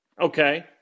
Okay